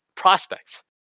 prospects